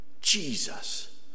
Jesus